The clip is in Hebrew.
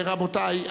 רבותי,